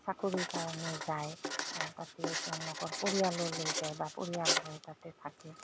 চাকৰিৰ কাৰণে যায় তাতে তেওঁলোকৰ পৰিয়ালো যায় বা পৰিয়াল লৈ তাতে থাকে